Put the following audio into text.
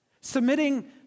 Submitting